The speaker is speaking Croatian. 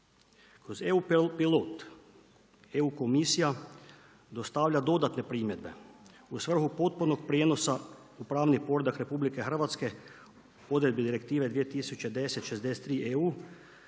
Kroz EU pilot, EU komisija dostavlja dodatne primjedbe u svrhu potpunog prijenosa u pravni poredak RH odredbi direktive 2010/63 EU